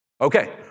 Okay